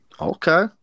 Okay